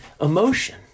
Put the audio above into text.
emotion